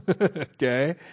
Okay